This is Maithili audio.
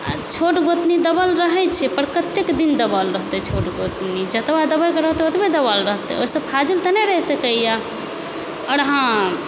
आ छोट गोतनी दबल रहै छै पर कतेक दिन दबल रहतै छोट गोतनी जतऽ दबल रहैके ओतबे दबल रहतै ओहिसँ फाजिल तऽ नहि रहि सकैया आओर हँ